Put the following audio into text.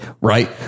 right